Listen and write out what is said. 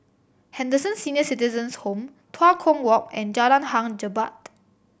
Henderson Senior Citizens' Home Tua Kong Walk and Jalan Hang Jebat